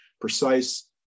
precise